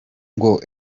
ngo